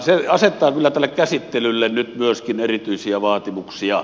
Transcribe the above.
se asettaa kyllä tälle käsittelylle nyt myöskin erityisiä vaatimuksia